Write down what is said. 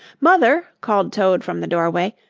mother, called toad from the doorway,